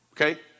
Okay